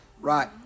Right